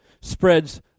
spreads